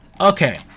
Okay